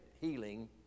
healing